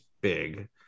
big